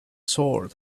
sword